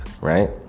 right